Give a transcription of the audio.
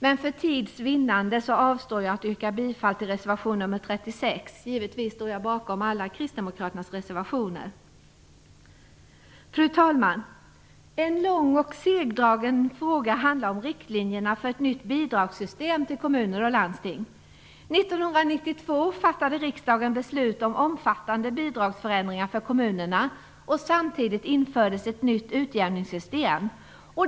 Men för tids vinnande avstår jag från att yrka bifall till reservation nr 36. Givetvis står jag bakom alla kristdemokraternas reservationer. Fru talman! En lång och segdragen fråga handlar om riktlinjerna för ett nytt bidragssystem för kommuner och landsting. 1992 fattade riksdagen beslut om omfattande bidragsförändringar för kommunerna, och samtidigt infördes ett nytt utjämningssystem.